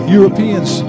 Europeans